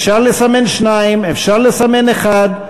אפשר לסמן שניים, אפשר לסמן אחד,